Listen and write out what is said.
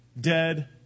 dead